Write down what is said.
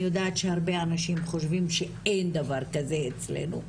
אני יודעת שהרבה אנשים חושבים שאין דבר כזה אצלנו,